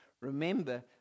Remember